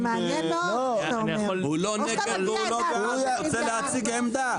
הוא לא נגד ולא בעד, הוא אוצר להציג עמדה.